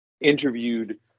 interviewed